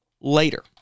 later